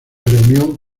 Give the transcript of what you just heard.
reunión